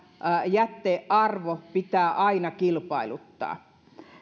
jätearvo pitää aina kilpailuttaa